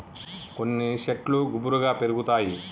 కొన్ని శెట్లు గుబురుగా పెరుగుతాయి